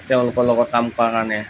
তেওঁলোকৰ লগত কাম কৰাৰ কাৰণে